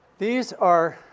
these are,